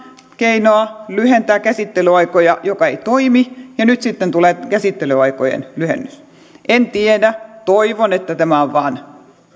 keinoa lyhentää käsittelyaikoja joka ei toimi ja nyt sitten tulee käsittelyaikojen lyhennys en tiedä toivon että tämä on vain